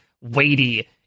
weighty